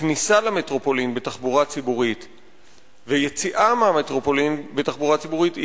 כניסה למטרופולין בתחבורה ציבורית ויציאה מהמטרופולין בתחבורה ציבורית,